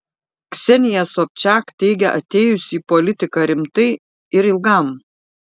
ksenija sobčiak teigia atėjusi į politiką rimtai ir ilgam